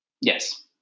Yes